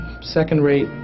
second-rate